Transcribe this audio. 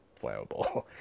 flammable